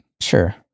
Sure